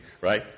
right